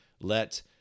let